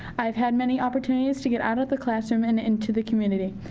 i have had many opportunities to get out of the classroom and into the community.